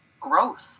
growth